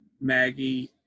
Maggie